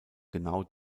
genau